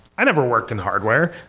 i never worked in hardware.